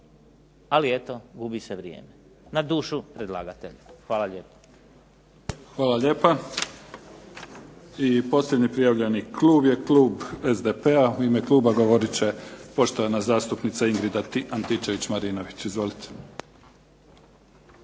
ali eto gubi se vrijeme. Na dušu predlagatelja. Hvala lijepo. **Mimica, Neven (SDP)** Hvala lijepa. I posljednji prijavljeni klub je klub SDP-a u ime kluba govorit će poštovana zastupnica Ingrid Antićević-Marinović. Izvolite.